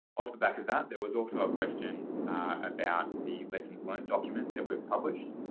off the back of that, there was also a question about the lessons learned document that we've published.